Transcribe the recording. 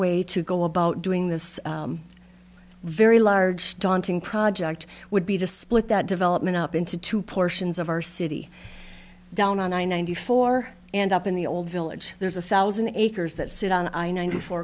way to go about doing this very large daunting project would be to split that development up into two portions of our city down on i ninety four and up in the old village there's a thousand acres that sit on i ninety four